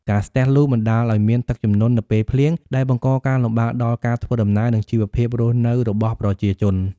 ការស្ទះលូ បណ្តាលឲ្យមានទឹកជំនន់នៅពេលភ្លៀង ដែលបង្កការលំបាកដល់ការធ្វើដំណើរ និងជីវភាពរស់នៅរបស់ប្រជាជន។